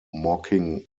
mocking